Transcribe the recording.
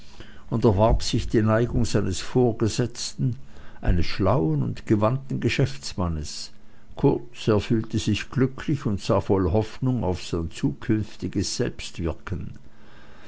und erwarb sich die neigung seines vorgesetzten eines schlauen und gewandten geschäftsmannes kurz er fühlte sich glücklich und sah voll hoffnung auf sein zukünftiges selbstwirken